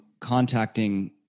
contacting